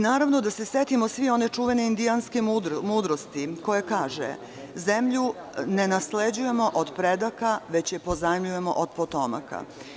Naravno, da se setimo svi one čuvene indijanske mudrosti, koja kaže – zemlju ne nasleđujemo od predaka, već je pozajmljujemo od potomaka.